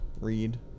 Read